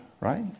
right